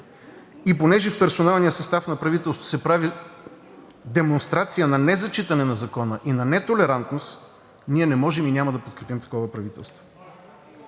И понеже в персоналния състав на правителството се прави демонстрация на незачитане на закона и на нетолерантност, ние не можем и няма да подкрепим такова правителство.